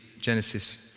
Genesis